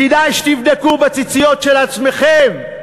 כדאי שתבדקו בציציות של עצמכם.